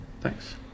Thanks